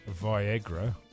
Viagra